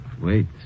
Wait